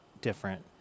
different